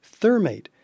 thermate